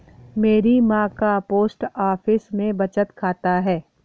मेरी मां का पोस्ट ऑफिस में बचत खाता है